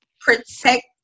protect